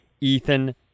Ethan